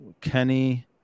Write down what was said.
Kenny